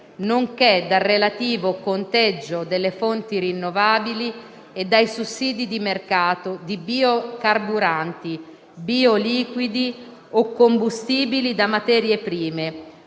nonché dal relativo conteggio delle fonti rinnovabili e dai sussidi di mercato di biocarburanti, bioliquidi o combustibili da materie prime